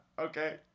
okay